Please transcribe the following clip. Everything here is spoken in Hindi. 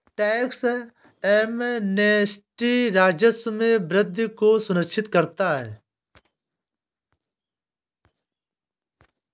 टैक्स एमनेस्टी राजस्व में वृद्धि को सुनिश्चित करता है